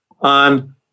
on